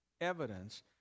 evidence